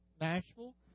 Nashville